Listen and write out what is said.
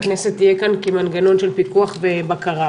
הכנסת תהיה כאן כמנגנון של פיקוח ובקרה.